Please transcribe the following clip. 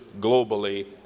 globally